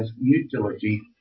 utility